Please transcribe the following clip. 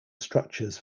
structures